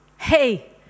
Hey